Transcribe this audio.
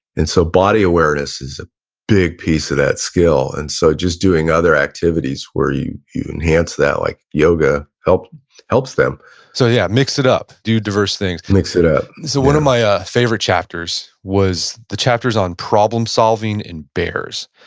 and so, body-awareness is a big piece of that skill. and so just doing other activities where you you enhance that, like yoga helps helps them so yeah, mix it up, do diverse things mix it up, yeah so one of my ah favorite chapters was the chapters on problem solving and bears.